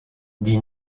dit